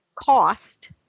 cost